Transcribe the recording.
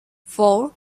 four